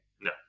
No